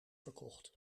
verkocht